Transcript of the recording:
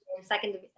second